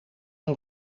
een